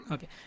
Okay